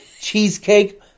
Cheesecake